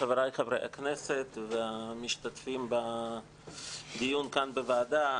חבריי חברי הכנסת והמשתתפים בדיון כאן בוועדה.